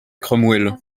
cromwell